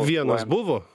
vienas buvo